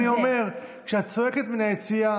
אני אומר: כשאת צועקת מהיציע,